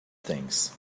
things